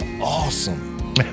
awesome